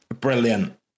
brilliant